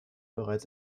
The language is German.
bereits